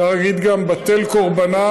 אפשר להגיד גם בטל קורבנם.